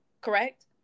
correct